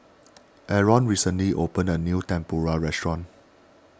Arron recently opened a new Tempura restaurant